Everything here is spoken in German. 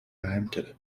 geheimtipp